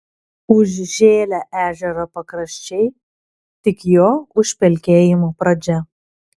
užžėlę ežero pakraščiai tik jo užpelkėjimo pradžia